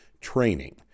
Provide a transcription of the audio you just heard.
training